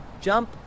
jump